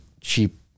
cheap